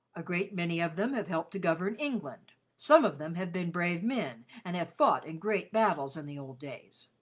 a great many of them have helped to govern england. some of them have been brave men and have fought in great battles in the old days.